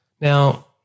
Now